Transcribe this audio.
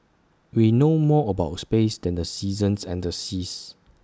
we know more about space than the seasons and the seas